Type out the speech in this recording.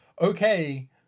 okay